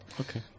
okay